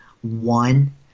one